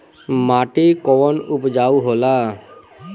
माटी कौन उपजाऊ होला?